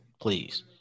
please